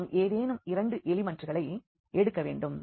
நாம் ஏதேனும் 2 எலிமெண்ட்களை எடுக்க வேண்டும்